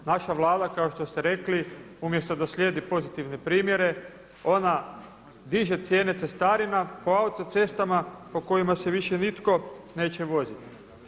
Naša Vlada kao što ste rekli umjesto da slijedi pozitivne primjere, ona diže cijene cestarina po autocestama po kojima se više nitko neće voziti.